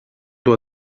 dur